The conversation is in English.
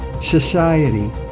society